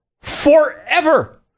forever